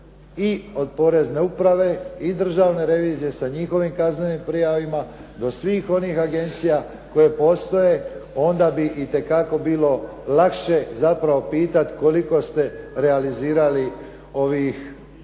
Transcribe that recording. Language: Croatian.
i od porezne uprave i Državne revizije sa njihovim kaznenim prijavama do svih onih agencija koje postoje onda bi itekako bilo lakše, zapravo pitati koliko ste realizirali ovih postupaka